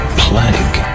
plague